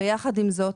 יחד עם זאת,